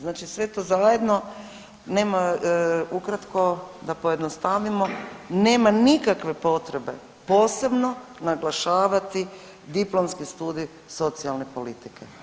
Znači sve to zajedno nema ukratko, da pojednostavimo, nema nikakve potrebe posebno naglašavati diplomski studij socijalne politike.